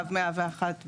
קו 101 ב',